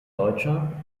deutscher